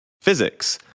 physics